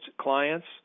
clients